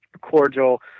cordial